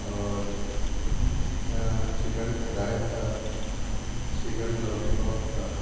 اور chicken fry تھا chicken lollipop تھا